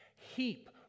heap